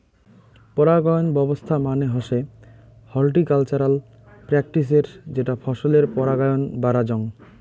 পরাগায়ন ব্যবছস্থা মানে হসে হর্টিকালচারাল প্র্যাকটিসের যেটা ফছলের পরাগায়ন বাড়াযঙ